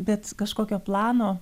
bet kažkokio plano